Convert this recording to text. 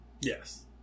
yes